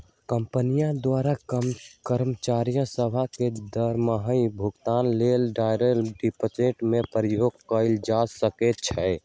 कंपनियों द्वारा कर्मचारि सभ के दरमाहा भुगतान लेल डायरेक्ट डिपाजिट के प्रयोग कएल जा सकै छै